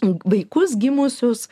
vaikus gimusius